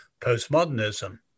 postmodernism